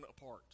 apart